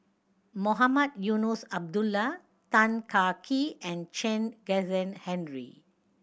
Mohamed Eunos Abdullah Tan Kah Kee and Chen Kezhan Henri